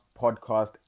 podcast